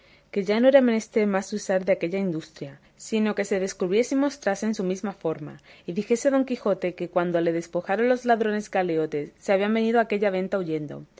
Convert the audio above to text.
que ya no era menester más usar de aquella industria sino que se descubriese y mostrase en su misma forma y dijese a don quijote que cuando le despojaron los ladrones galeotes se habían venido a aquella venta huyendo